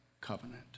covenant